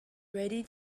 ready